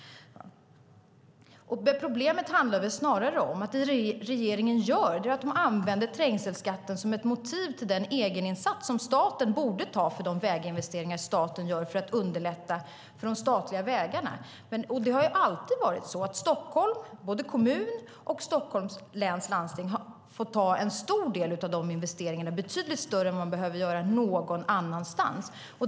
Problemet är snarast att regeringen använder trängselskatten som ett motiv för den egeninsats som staten borde ta för de väginvesteringar som staten gör för att underlätta för de statliga vägarna. Stockholm, både kommunen och Stockholms läns landsting, har alltid fått ta en stor del av dessa investeringar, betydligt mer än man behöver göra någon annanstans.